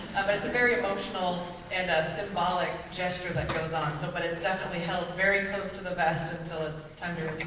but it's a very emotional and a symbolic gesture that goes on. so but it's definitely held very close to the vest until it's time to